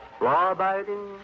law-abiding